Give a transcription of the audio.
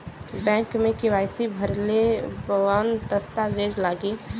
Bank मे KYC भरेला कवन दस्ता वेज लागी?